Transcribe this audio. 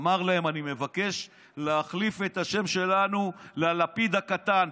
אמר להם: אני מבקש להחליף את השם שלנו ללפיד הקטן.